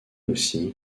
aussi